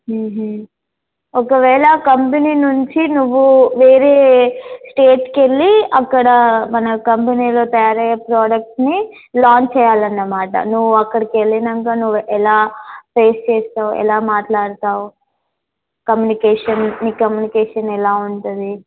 ఒకవేళ కంపెనీ నుంచి నువ్వు వేరే స్టేట్స్కి వెళ్ళి అక్కడ మన కంపెనీలో తయారయ్యే ప్రోడక్ట్స్ని లాంచ్ చేయాలి అన్నమాట నువ్వు అక్కడికి వెళ్ళినంక నువ్వు ఎలా ఫేస్ చేస్తావ్ ఎలా మాట్లాడతావు కమ్యూనికేషన్ నీ కమ్యూనికేషన్ ఎలా ఉంటుంది